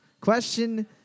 Question